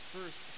First